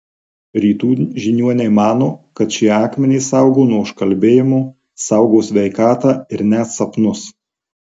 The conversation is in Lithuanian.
rytų žiniuoniai mano kad šie akmenys saugo nuo užkalbėjimo saugo sveikatą ir net sapnus